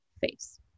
face